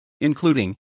including